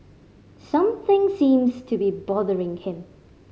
something seems to be bothering him